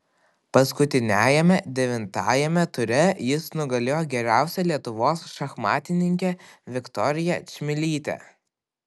paskutiniajame devintajame ture jis nugalėjo geriausią lietuvos šachmatininkę viktoriją čmilytę